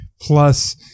Plus